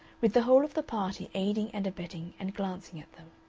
with the whole of the party aiding and abetting and glancing at them.